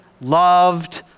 loved